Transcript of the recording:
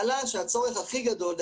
שהצורך הכי גדול הוא